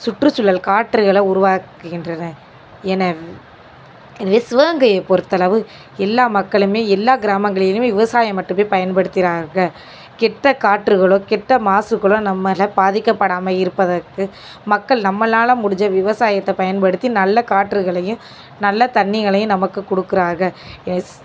சுற்றுசூழல் காற்றுகளை உருவாக்குகின்றன என எனவே சிவகங்கையை பொறுத்தளவு எல்லா மக்களுமே எல்லா கிராமங்களிலேயுமே விவசாயம் மட்டுமே பயன்படுத்தினாங்க கெட்ட காற்றுகளோ கெட்ட மாசுக்களோ நம்மளை பாதிக்கப்படாமல் இருப்பதற்கு மக்கள் நம்மளால் முடிஞ்ச விவசாயத்தை பயன்படுத்தி நல்ல காற்றுகளையும் நல்ல தண்ணிகளையும் நமக்கு கொடுக்குறாக எஸ்